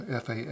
FAA